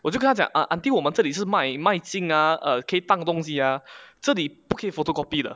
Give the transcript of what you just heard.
我就跟他讲 err auntie 我们这里是卖卖金 ah 可以档东西 ah 这里不可以 photocopy 的